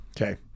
Okay